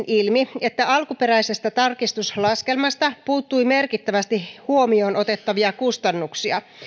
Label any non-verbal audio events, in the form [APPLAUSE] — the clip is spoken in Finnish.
[UNINTELLIGIBLE] ilmi että alkuperäisestä tarkistuslaskelmasta puuttui merkittävästi huomioon otettavia kustannuksia